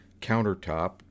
countertop